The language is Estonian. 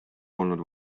polnud